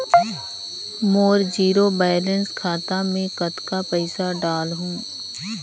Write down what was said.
मोर zero balance खाता मे कतना पइसा डाल हूं?